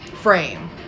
frame